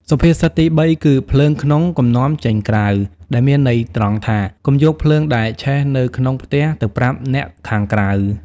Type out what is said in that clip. សុភាសិតទីបីគឺ ភ្លើងក្នុងកុំនាំចេញក្រៅ ដែលមានន័យត្រង់ថា កុំយកភ្លើងដែលឆេះនៅក្នុងផ្ទះ ទៅប្រាប់អ្នកខាងក្រៅ។